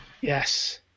Yes